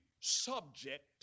subject